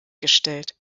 gestellt